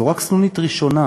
זו רק סנונית ראשונה